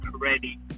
ready